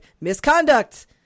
misconduct